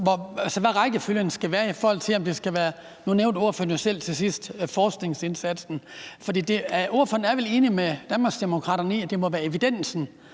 nævnte ordføreren selv til sidst forskningsindsatsen. Ordføreren er vel enig med Danmarksdemokraterne i, at det må være evidensen,